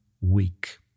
weak